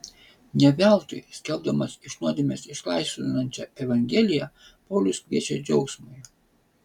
ne veltui skelbdamas iš nuodėmės išlaisvinančią evangeliją paulius kviečia džiaugsmui